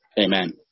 amen